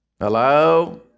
Hello